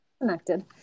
Connected